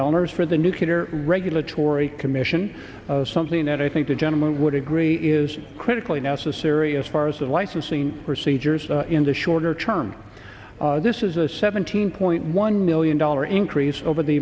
dollars for the neuter regulatory commission something that i think the gentleman would agree is critically necessary as far as of licensing procedures in the shorter term this is a seventeen point one million dollar increase over the